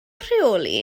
rheoli